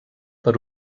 per